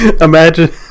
Imagine